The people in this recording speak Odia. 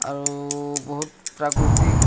ଆରୁ ବହୁତ୍ ପ୍ରାକୃତିକ୍